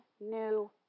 new